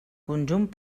conjunt